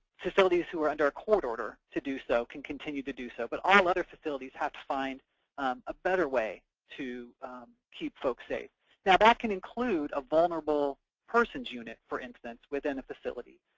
facilities who are under a court order to do so can continue to do so. but all other facilities have to find a better way to keep folks safe now, that can include a vulnerable persons unit, for instance, within a facility.